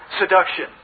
seduction